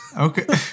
Okay